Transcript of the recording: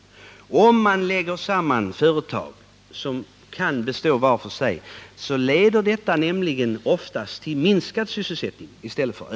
Om man lägger samman företag som kan bestå var för sig leder detta nämligen oftast till minskad i stället för ökad sysselsättning.